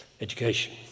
Education